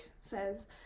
says